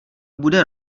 bude